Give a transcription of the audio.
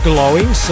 Glowing